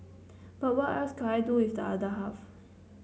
but what else could I do if the other half